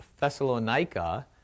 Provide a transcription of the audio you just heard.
Thessalonica